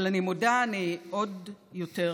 אבל אני מודה, אני עוד יותר